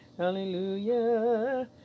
hallelujah